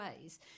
ways